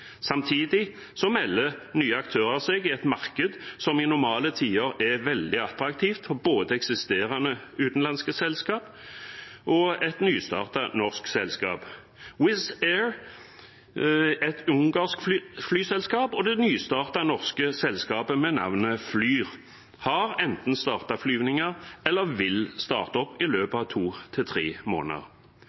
Samtidig melder nye aktører seg i et marked som i normale tider er veldig attraktivt for både eksisterende utenlandske selskap og et nystartet norsk selskap. Wizz Air, et ungarsk flyselskap, og det nystartede norske selskapet med navnet Flyr har enten startet flyvninger eller vil starte opp i løpet av to–tre måneder. Disse to